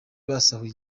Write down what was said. basahuye